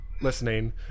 listening